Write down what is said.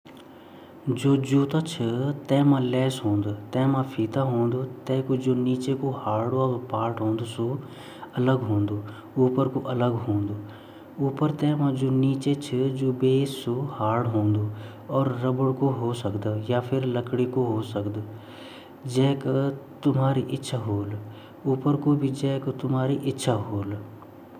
जुत्ता जु छिन चार पांच भाग छिन सबसे पेहली ता वेगि जु सबसे मूडी बाटिन लगन वेटे सोल ब्वन अर जु माथो भाग वोन उ पता नि क्या ब्वन वेते फिर वेगा जु तस्मा वोना वेगि जु जीब वोनी अर वेगा जु अगिन बातिन लेदर लग्यु रानू ता चार पांच भाग जुटता वोने ची।